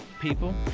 people